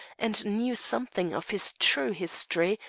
and knew something of his true history,